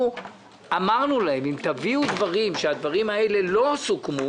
אמרנו להם: אם תביאו דברים שלא סוכמו